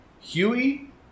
Huey